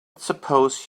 suppose